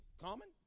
common